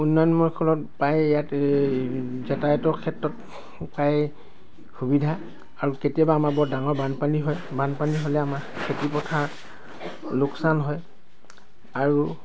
উন্নয়নমূলক প্ৰায়ে ইয়াত যাতায়াতৰ ক্ষেত্ৰত প্ৰায়ে সুবিধা আৰু কেতিয়াবা আমাৰ বৰ ডাঙৰ বানপানী হয় বানপানী হ'লে আমাৰ খেতি পথাৰ লোকচান হয় আৰু